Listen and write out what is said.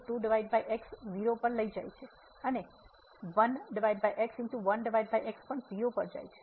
તેથી 0 પર જાય છે અને પણ 0 પર જાય છે